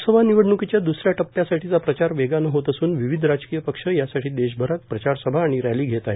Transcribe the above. लोकसभा निवडणुकीच्या दुस या टप्प्यासाठीच्या प्रचार वेगानं होत असून विविध राजकीय पक्ष यासाठी देशभरात प्रचारसभा आणि रैली घेत आहेत